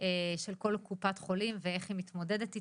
של כל קופת חולים ואיך היא מתמודדת איתו.